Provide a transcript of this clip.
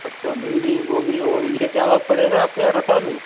अच्छा भिंडी गोभी और ये क्या भाव पड़ेगा आपके यहाँ रतालू